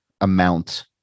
amount